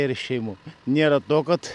ir šeimų nėra to kad